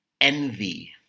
envy